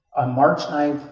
on march nine,